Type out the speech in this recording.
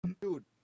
dude